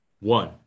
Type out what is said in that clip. One